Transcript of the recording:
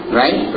right